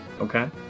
Okay